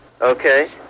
Okay